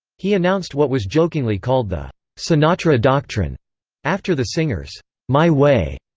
he announced what was jokingly called the sinatra doctrine after the singer's my way,